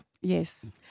Yes